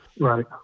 Right